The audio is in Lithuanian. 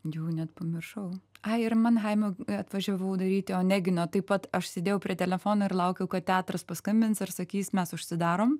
jų net pamiršau aimanavimo atvažiavau daryti onegino taip pat aš sėdėjau prie telefono ir laukiau kad teatras paskambins ir sakys mes užsidarom